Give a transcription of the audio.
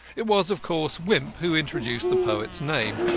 it was, of course, wimp who introduced the poet's name,